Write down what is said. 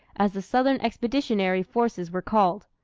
as the southern expeditionary forces were called.